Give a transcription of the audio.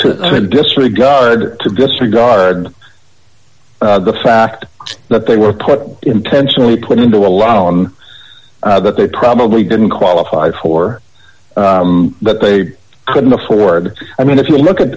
to disregard to disregard the fact that they were put intentionally put into a lot on that they probably didn't qualify for that they couldn't afford i mean if you look at